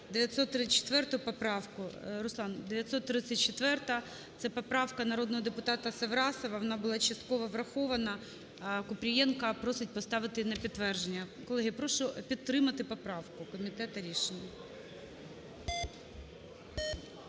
934 поправку. Руслан, 934-а – це поправка народного депутата Саврасова, вона була частково врахована. Купрієнко просить поставити на підтвердження. Колеги, прошу підтримати поправку, комітету рішення.